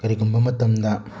ꯀꯔꯤꯒꯨꯝꯕ ꯃꯇꯝꯗ